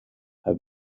have